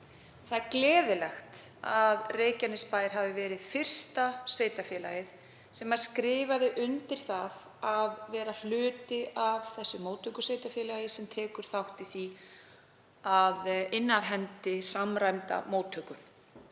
Það er gleðilegt að Reykjanesbær hafi verið fyrsta sveitarfélagið sem skrifaði undir það að vera hluti af þessu móttökusveitarfélagi og tekur þátt í því að inna af hendi samræmda móttöku